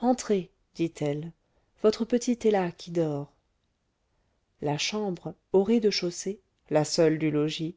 entrez dit-elle votre petite est là qui dort la chambre au rez-de-chaussée la seule du logis